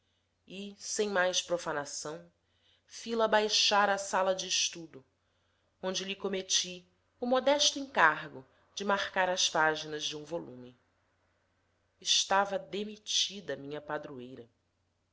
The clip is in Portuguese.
e sem mais profanação fi la baixar à sala de estudo onde lhe cometi o modesto encargo de marcar as páginas de um volume estava demitida a minha padroeira